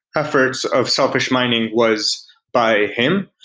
efforts of selfish mining was by him.